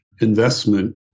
investment